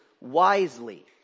wisely